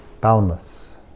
boundless